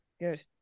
good